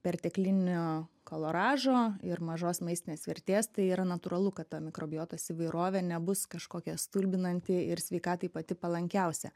perteklinio kaloražo ir mažos maistinės vertės tai yra natūralu kad ta mikrobiotos įvairovė nebus kažkokia stulbinanti ir sveikatai pati palankiausia